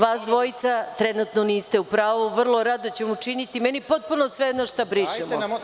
Vas dvojica trenutno niste u pravu, vrlo rado ću vam učiniti, meni je potpuno svejedno šta brišemo.